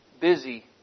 busy